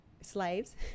slaves